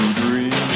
dream